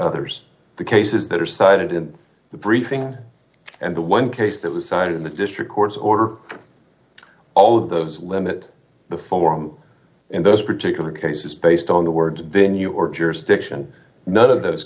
others the cases that are cited in the briefing and the one case that was cited in the district courts or all of those limit the form in this particular case is based on the word venue or jurisdiction not of those